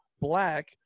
Black